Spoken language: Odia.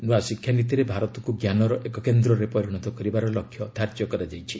ନୂଆ ଶିକ୍ଷାନୀତିରେ ଭାରତକୁ ଜ୍ଞାନର ଏକ କେନ୍ଦ୍ରରେ ପରିଣତ କରିବାର ଲକ୍ଷ୍ୟ ଧାର୍ଯ୍ୟ କରାଯାଇଛି